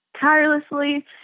tirelessly